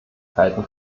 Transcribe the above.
kalten